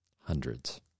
hundreds